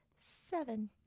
seven